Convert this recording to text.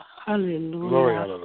hallelujah